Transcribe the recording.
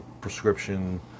prescription